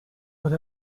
what